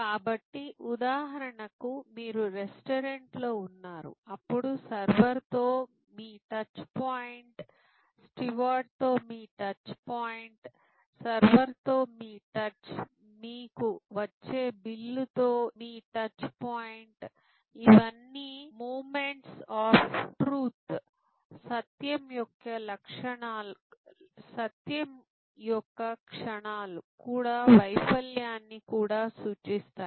కాబట్టి ఉదాహరణకు మీరు రెస్టారెంట్లో ఉన్నారు అప్పుడు సర్వర్తో మీ టచ్ పాయింట్ స్టీవార్డ్తో మీ టచ్ పాయింట్ సర్వర్తో మీ టచ్ మీకు వచ్చే బిల్లుతో మీ టచ్ పాయింట్ ఇవన్నీ "మొమెంట్స్ ఆఫ్ ట్రూట్" సత్యం యొక్క క్షణాలు కూడా వైఫల్యాన్ని కూడా సూచిస్తాయి